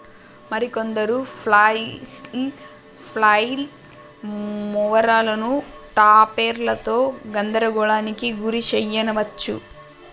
మరి కొందరు ఫ్లైల్ మోవరులను టాపెర్లతో గందరగోళానికి గురి శెయ్యవచ్చు